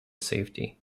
safety